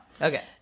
Okay